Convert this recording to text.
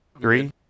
Three